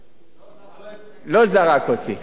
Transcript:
לא התנגד זה יותר מדי, לא זרק אותי.